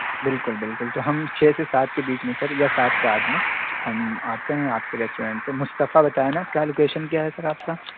بالکل بالکل تو ہم چھ سے سات کے بیچ میں سر یا سات کے آٹھ میں ہم آتے ہیں آپ کے ریسٹورینٹ پہ مصطفیٰ بتایا نا کیا لوکیشن کیا ہے سر آپ کا